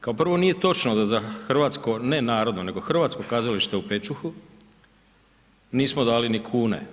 Kao prvo, nije točno da za hrvatsko, ne narodno, nego Hrvatsko kazalište u Pečuhu nismo dali ni kune.